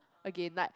again like